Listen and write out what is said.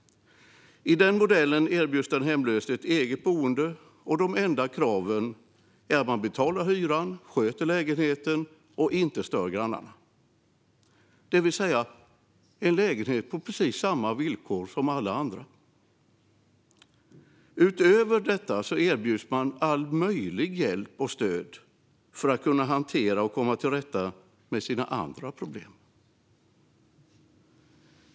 I denna modell erbjuds den hemlöse ett eget boende. De enda kraven är att man betalar hyran, sköter lägenheten och inte stör grannarna, det vill säga precis samma villkor som för alla andra. Utöver detta erbjuds man all möjlig hjälp och stöd för att kunna hantera och komma till rätta med sina andra problem.